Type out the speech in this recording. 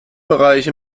bereiche